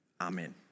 Amen